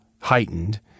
heightened